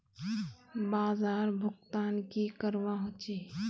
बाजार भुगतान की करवा होचे?